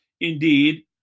indeed